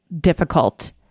difficult